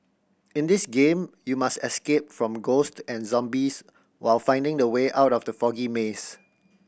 in this game you must escape from ghost and zombies while finding the way out of the foggy maze